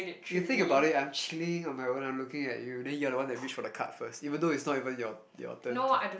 you think about it I'm chilling on my own I'm looking at you then you are the one that reach for the card first even though it's not even your your turn